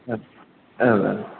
औ औ